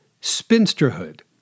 spinsterhood